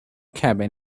cabin